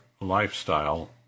lifestyle